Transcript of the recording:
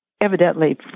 Evidently